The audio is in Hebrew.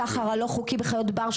הסחר הלא חוקי בחיות בר,